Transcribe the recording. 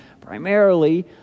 primarily